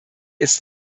ist